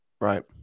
Right